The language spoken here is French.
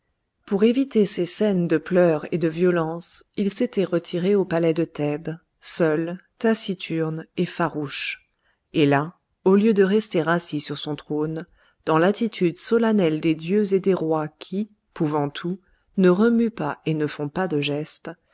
pour éviter ces scènes de pleurs et de violence il s'était retiré au palais de thèbes seul taciturne et farouche et là au lieu de rester assis sur son trône dans l'attitude solennelle des dieux et des rois qui pouvant tout ne remuent pas et ne font pas de gestes